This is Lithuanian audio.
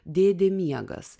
dėdė miegas